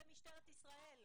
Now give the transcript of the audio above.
זה משטרת ישראל.